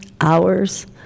hours